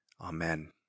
Amen